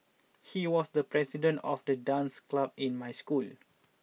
he was the president of the dance club in my school